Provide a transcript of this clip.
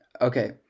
okay